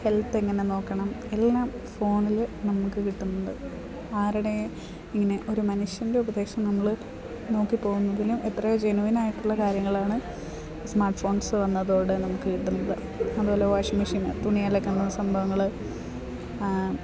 ഹെൽത്തെങ്ങനെ നോക്കണം എല്ലാം ഫോണിൽ നമുക്ക് കിട്ടുന്നുണ്ട് ആരുടെ ഇങ്ങനെ ഒരു മനുഷ്യൻ്റെ ഉപദേശം നമ്മൾ നോക്കി പോകുന്നതിലും എത്രയോ ജനുവിനായിട്ടുള്ള കാര്യങ്ങളാണ് സ്മാർട്ട് ഫോൺസ് വന്നതോടെ നമുക്ക് കിട്ടുന്നത് അതുപോലെ വാഷിംഗ് മെഷീൻ തുണിയലക്കുന്ന സംഭവങ്ങൾ